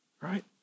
right